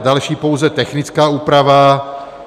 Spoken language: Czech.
Další je pouze technická úprava.